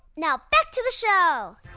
now back to the show